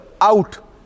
out